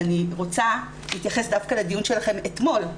אני רוצה להתייחס דווקא לדיון שלכם אתמול,